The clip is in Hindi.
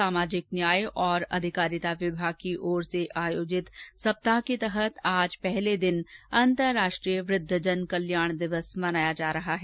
सामाजिक न्याय और अधिकारिता विभाग की ओर से आयोजित सप्ताह के तहत आज पहले दिन अंतर्राष्ट्रीय वृद्वजन कल्याण दिवस मनाया जा रहा है